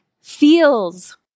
feels